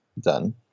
done